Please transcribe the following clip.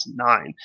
2009